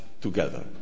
together